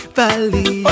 valley